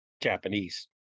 Japanese